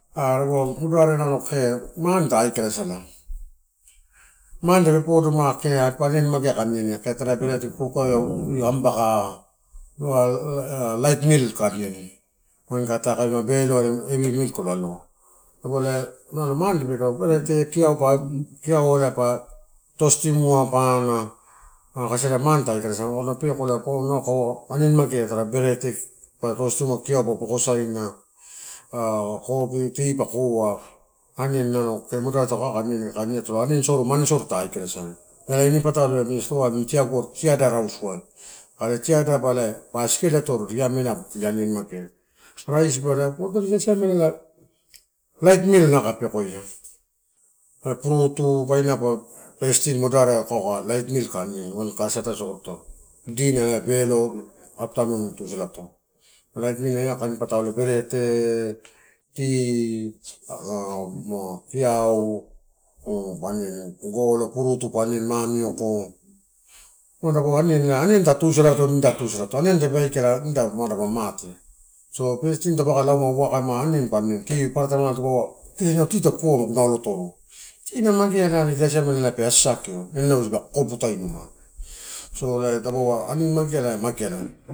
moderare ah kee man ta aikalasala. Man tape podo ah kee ma aniani magea kai aniani, tara brerete, kokoleu io ambaka ah light meal kai aniani wain taka beloai heavy meal kailo aloa, dapaua ela mane au kee kiau aniani, kiau pa ela tostimua pa ana, an kaisi ela mane ta aikalasala aguna peko na paua nalo kaua aniani magea tara berete pa tostimua. Kiau pa bokosainu aan coffee tea pa koa aniani nalo, kee moderare takaua kai aniani kai ani atoro aniani, mane soro ta aikala sala ela ini patalo amini, stoaia amini tiagu tiada rausudai are tiadaibu pa sekele atoriai imela in aniani magea. Raisiba odorola ida siamela light meal nalo kai pekoia tara purutu, painapa first thing nalo maderareai alo kaina aniani atoro, dinner elai belo afternoon tusalato light meal ela kain patalo berete, tea ah. Kiau ah golo purutu pa aniani mamioko. Umada aniani ta tusalato nida tusadato aniani tape aikala nida madapa mate. So first thing taupe pa lauma waka ma aniani pa aniani kee paparataimuo paua inau tea tagu koamu magu nalo atoro tea na mageala are ida siamela pe assakio eneleu dipa kokoputaino. So elai dapaua aniani magea ia mageala.